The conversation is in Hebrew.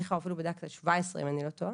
סליחה אבל הוא בדק 17, אם אני לא טועה,